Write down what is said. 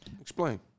Explain